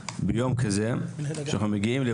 חשובה: יש רק ספק אחד במדינת ישראל שמספק יבילים.